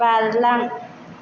बारलां